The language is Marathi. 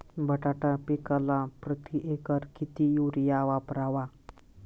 बटाटा पिकाला प्रती एकर किती युरिया वापरावा?